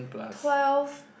twelve